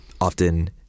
often